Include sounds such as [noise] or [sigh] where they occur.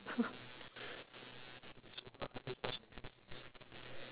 [laughs]